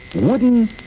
wooden